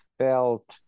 felt